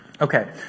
Okay